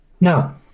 no